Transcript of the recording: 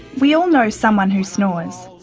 we all know someone who snores,